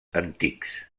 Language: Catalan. antics